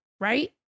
right